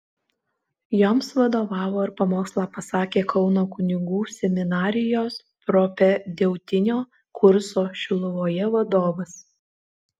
joms vadovavo ir pamokslą pasakė kauno kunigų seminarijos propedeutinio kurso šiluvoje vadovas